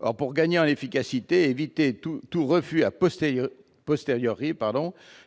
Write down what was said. Or, pour gagner en efficacité et éviter tout refus,